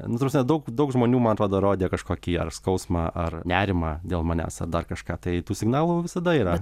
nu ta prasme daug daug žmonių man atrodo rodė kažkokį ar skausmą ar nerimą dėl manęs ar dar kažką tai tų signalų visada yra